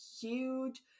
huge